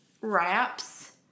wraps